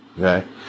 okay